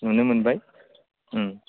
नुनो मोनबाय ओं